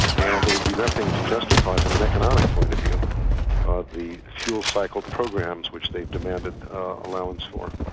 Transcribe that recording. and there would be nothing to justify from an economic point of view of the fuel cycle programs which they've demanded allowance for.